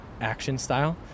action-style